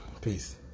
Peace